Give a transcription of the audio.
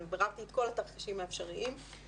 ביררתי את כל התרחישים האפשריים,